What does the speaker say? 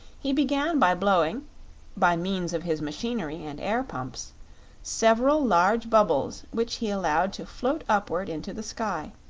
he began by blowing by means of his machinery and air-pumps several large bubbles which he allowed to float upward into the sky,